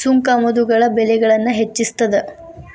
ಸುಂಕ ಆಮದುಗಳ ಬೆಲೆಗಳನ್ನ ಹೆಚ್ಚಿಸ್ತದ